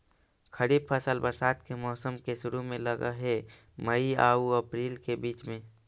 खरीफ फसल बरसात के मौसम के शुरु में लग हे, मई आऊ अपरील के बीच में